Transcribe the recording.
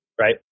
right